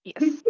Yes